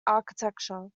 architecture